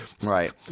Right